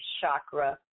chakra